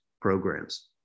programs